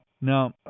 Now